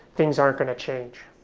things aren't going to change.